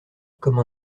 comme